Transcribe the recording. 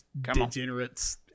degenerates